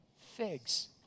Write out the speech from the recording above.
Figs